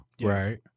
right